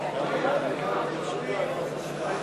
התשובה המשפטית,